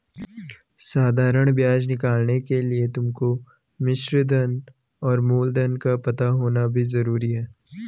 साधारण ब्याज निकालने के लिए तुमको मिश्रधन और मूलधन का पता होना भी जरूरी है